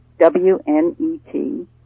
WNET